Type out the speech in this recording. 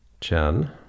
chen